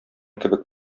кебек